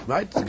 Right